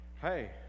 hey